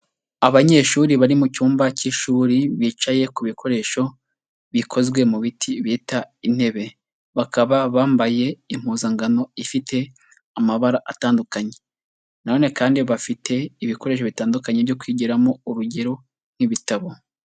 Abanyeshuri bari mu cyumba k'ishuri bicaye ku bikoresho bikozwe mu biti bita intebe, bakaba bambaye impuzankano ifite amabara atandukanye nanone kandi bafite ibikoresho bitandukanye byo kwigiramo urugero nk'ibitabo.